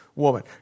woman